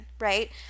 right